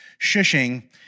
Shushing